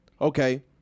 okay